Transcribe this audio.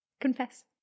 Confess